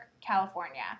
California